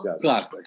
Classic